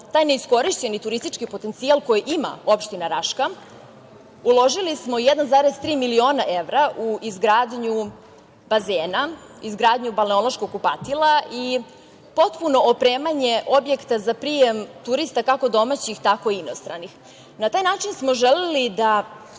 taj neiskorišćeni turistički potencijal koji ima opština Raška, uložili smo 1,3 miliona evra u izgradnju bazena, izgradnju balneološkog kupatila i potpuno opremanje objekta za prijem turista, kako domaćih, tako i inostranih. Na taj način smo želeli da